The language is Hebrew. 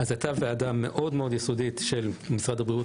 הייתה ועדה מאוד מאוד יסודית של משרד הבריאות,